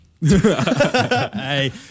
Hey